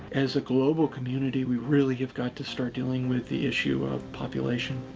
as a global community, we really have got to start dealing with the issue of population.